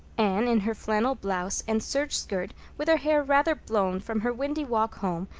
anne, in her flannel blouse and serge skirt, with her hair rather blown from her windy walk home,